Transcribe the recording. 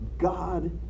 God